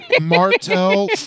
Martell